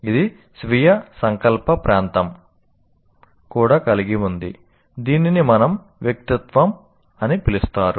ఇది స్వీయ సంకల్ప ప్రాంతం కూడా కలిగి ఉంది దీనిని మన వ్యక్తిత్వం అని పిలుస్తారు